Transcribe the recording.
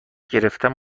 گرفتن